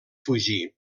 fugir